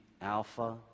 Alpha